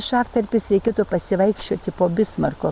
šaktarpis reikėtų pasivaikščioti po bismarko